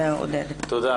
תודה.